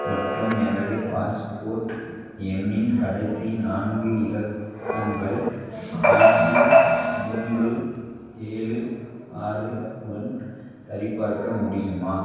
மற்றும் எனது பாஸ்போர்ட் எண்ணின் கடைசி நான்கு இலக்கங்கள் நான்கு மூன்று ஏழு ஆறு உடன் சரிபார்க்க முடியுமா